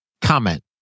Comment